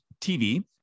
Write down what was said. TV